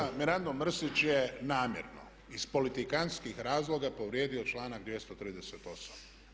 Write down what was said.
Kolega Mirando Mrsić je namjerno iz politikantskih razloga povrijedio članak 238.